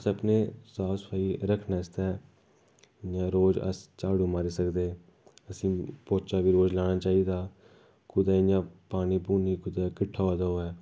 अस अपने साफ सफाई रक्खने आस्तै जि'यां रोज अस झाडू मारी सकदे असेंगी पोचा बी रोज लाना चाहिदा कुतै इ'यां पानी पोनी किट्ठा होऐ दा होऐ